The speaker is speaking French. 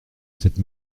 cette